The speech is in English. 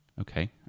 okay